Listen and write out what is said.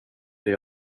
blir